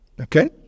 Okay